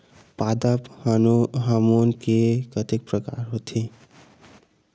पादप हामोन के कतेक प्रकार के होथे?